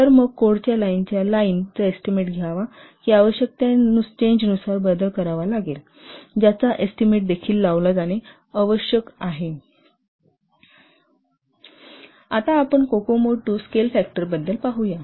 तर मग कोडच्या लाईनचा एस्टीमेट घ्यावा की आवश्यक त्या चेंजनुसार बदल करावा लागतो ज्याचा एस्टीमेट देखील लावला जाणे आवश्यक आहे आता आपण कोकोमो II स्केल फॅक्टरबद्दल पाहूया